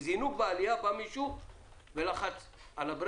בזינוק בעלייה בא מישהו ולחץ על הברקס.